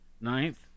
Ninth